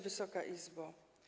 Wysoka Izbo!